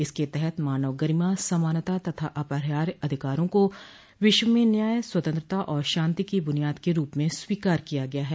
इसके तहत मानव गरिमा समानता तथा अपरिहार्य अधिकारों को विश्व में न्याय स्वतंत्रता और शांतिकी बुनियाद के रूप में स्वीकार किया गया है